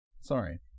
Sorry